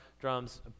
drums